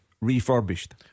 refurbished